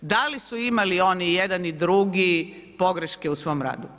Da li su imali oni jedan i drugi pogreške u svom radu?